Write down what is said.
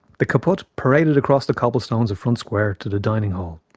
the caput paraded across the cobblestones of front square to the dining hall,